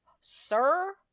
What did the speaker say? sir